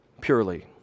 purely